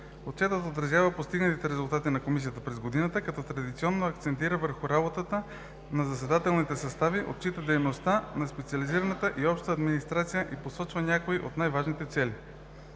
Отчетът отразява постигнатите резултати на Комисията през годината, като традиционно акцентира върху работата на заседателните състави, отчита дейността на специализираната и общата администрация и посочва някои от най-важните цели.